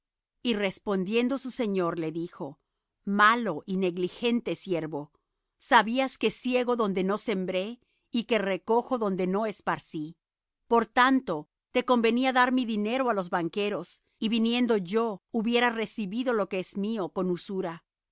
y respondiendo su señor le dijo malo y negligente siervo sabías que siego donde no sembré y que recojo donde no esparcí por tanto te convenía dar mi dinero á los banqueros y viniendo yo hubiera recibido lo que es mío con usura